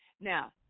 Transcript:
Now